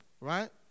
right